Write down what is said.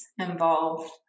involve